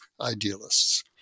idealists